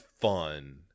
fun